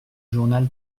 journal